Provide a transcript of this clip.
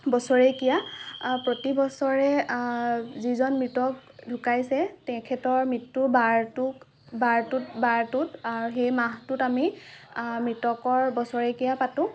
বছেৰেকীয়া প্ৰতিবছৰে যিজন মৃতক ঢুকাইছে তেখেতৰ মৃত্যুৰ বাৰটোক বাৰটোত বাৰটোত সেই মাহটোত আমি মৃতকৰ বছেৰেকীয়া পাতোঁ